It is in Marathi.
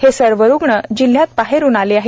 हे सर्व रुग्ण जिल्ह्यात बाहेरून आले आहेत